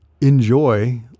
enjoy